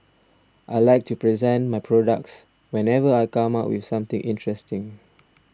I like to present my products whenever I come up with something interesting